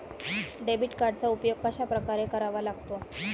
Debit कार्डचा उपयोग कशाप्रकारे करावा लागतो?